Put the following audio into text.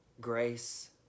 Grace